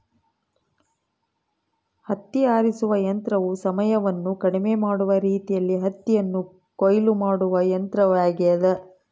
ಹತ್ತಿ ಆರಿಸುವ ಯಂತ್ರವು ಸಮಯವನ್ನು ಕಡಿಮೆ ಮಾಡುವ ರೀತಿಯಲ್ಲಿ ಹತ್ತಿಯನ್ನು ಕೊಯ್ಲು ಮಾಡುವ ಯಂತ್ರವಾಗ್ಯದ